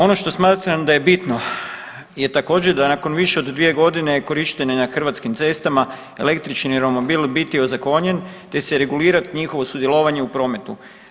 Ono što smatram da je bitno je također da nakon više od dvije godine korištenja na hrvatskim cestama električni romobil biti ozakonjen, te se regulirati njihovo sudjelovanje u prometu.